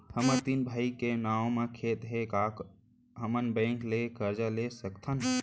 हमर तीन भाई के नाव म खेत हे त का हमन बैंक ले करजा ले सकथन?